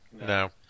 No